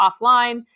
offline